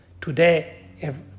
today